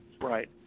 Right